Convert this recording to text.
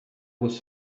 was